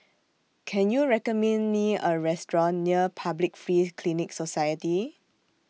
Can YOU recommend Me A Restaurant near Public Free Clinic Society